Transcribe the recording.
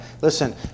listen